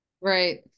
Right